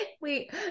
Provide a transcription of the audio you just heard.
Wait